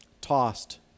tossed